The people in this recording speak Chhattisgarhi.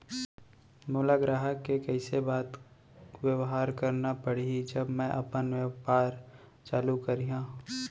मोला ग्राहक से कइसे बात बेवहार करना पड़ही जब मैं अपन व्यापार चालू करिहा?